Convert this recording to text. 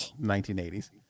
1980s